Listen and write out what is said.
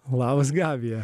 labas gabija